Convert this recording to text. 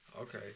Okay